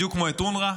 בדיוק כמו את אונר"א.